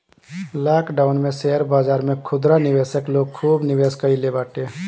lockdown में share बाजार में खुदरा निवेशक लोग खूब निवेश कईले बाटे